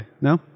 No